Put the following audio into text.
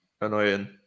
annoying